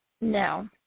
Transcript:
No